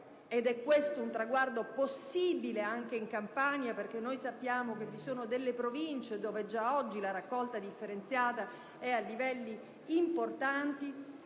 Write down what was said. ed è questo un traguardo possibile anche in Campania, perché sappiamo che vi sono delle Province dove già oggi la raccolta differenziata è a livelli importanti